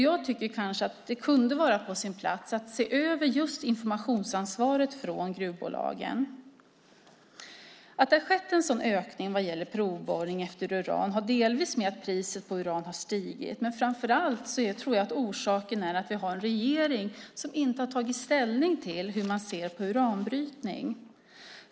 Jag tycker att det kunde vara på sin plats att se över informationsansvaret från gruvbolagen. Ökningen av provborrning efter uran har delvis att göra med att priset på uran har stigit. Men jag tror att orsaken framför allt är att vi har en regering som inte har tagit ställning till hur man ska se på uranbrytning.